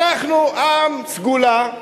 אנחנו עם סגולה,